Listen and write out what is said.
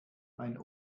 mein